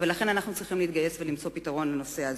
ולכן אנחנו צריכים להתגייס ולמצוא פתרון לבעיה הזאת.